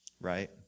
right